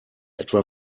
etwa